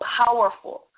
powerful